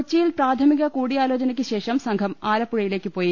കൊച്ചിയിൽ പ്രാഥമിക കൂടിയാലാ ചനയ്ക്കുശേഷം സംഘം ആലപ്പുഴയിലേക്കുപോയി